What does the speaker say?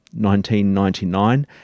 1999